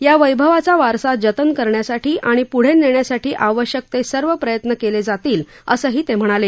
या वैभवाचा वारसा जतन करण्यासाठी आणि प्ढे नेण्यासाठी आवश्यक ते सर्व प्रयत्न केले जातील असंही ते म्हणाले